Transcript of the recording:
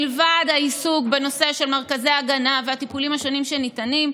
מלבד העיסוק בנושא של מרכזי הגנה והטיפולים השונים שניתנים,